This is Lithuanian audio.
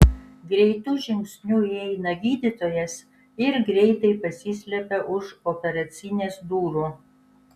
greitu žingsniu įeina gydytojas ir greitai pasislepia už operacinės durų